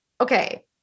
okay